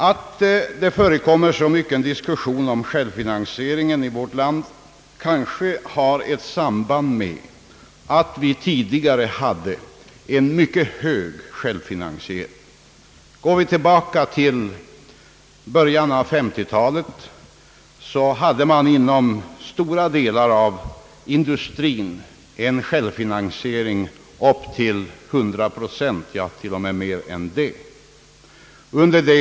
Att det förekommer så mycken diskussion om självfinansieringen i vårt land kanske har ett samband med att vi tidigare hade en mycket hög självfinansiering. Om vi går tillbaka till början av 1950-talet hade man inom stora delar av industrin en självfinansiering på upp till 100 procent — ja, t.o.m. mer än det, om man vill uttrycka saken på det sättet.